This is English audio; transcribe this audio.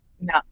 No